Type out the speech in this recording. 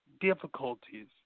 difficulties